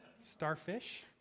starfish